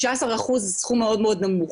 16% זה סכום מאוד נמוך.